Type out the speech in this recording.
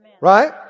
Right